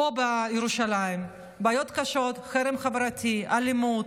פה בירושלים, בעיות קשות: חרם חברתי, אלימות.